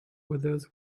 others